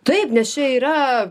taip nes čia yra